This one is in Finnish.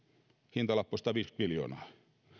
hintalappu sataviisikymmentä miljoonaa kaksi